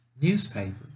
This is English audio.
newspaper